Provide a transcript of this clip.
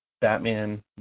Batman